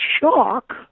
shock